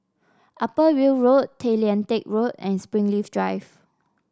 Upper Weld Road Tay Lian Teck Road and Springleaf Drive